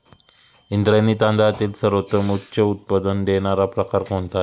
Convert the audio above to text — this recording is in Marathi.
इंद्रायणी तांदळातील सर्वोत्तम उच्च उत्पन्न देणारा प्रकार कोणता आहे?